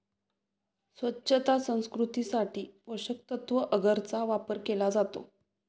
स्वच्छता संस्कृतीसाठी पोषकतत्त्व अगरचा वापर केला जातो